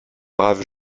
braves